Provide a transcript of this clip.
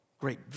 great